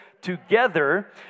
together